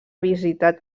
visitat